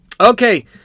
Okay